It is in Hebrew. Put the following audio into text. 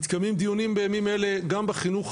מתקיימים דיונים בימים אלה גם בחינוך